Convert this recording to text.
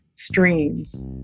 streams